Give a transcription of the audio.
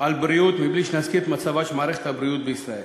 על בריאות מבלי שנזכיר את מצבה של מערכת הבריאות בישראל.